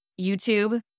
youtube